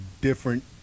different